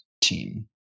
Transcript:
team